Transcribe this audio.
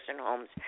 homes